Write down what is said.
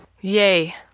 Yay